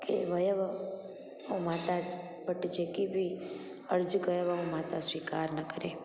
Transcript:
की वियव ऐं माता वटि जेके बि अर्ज़ु कयव माता स्वीकार न करे